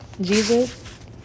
Jesus